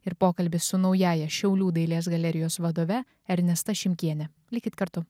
ir pokalbis su naująja šiaulių dailės galerijos vadove ernesta šimkiene likit kartu